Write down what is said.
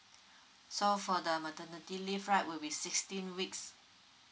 so for the maternity leave right will be sixteen weeks